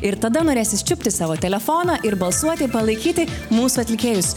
ir tada norėsis čiupti savo telefoną ir balsuoti palaikyti mūsų atlikėjus